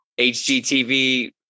HGTV